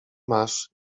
masz